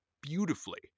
beautifully